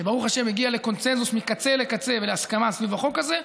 שברוך השם הגיעה לקונסנזוס מקצה לקצה ולהסכמה סביב החוק הזה,